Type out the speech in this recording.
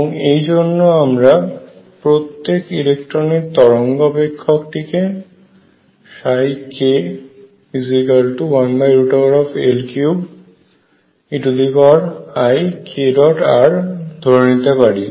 এবং এই জন্য আমরা প্রত্যেক ইলেকট্রনের তরঙ্গ অপেক্ষক টিকে k1L3 eikr ধরে নিতে পারি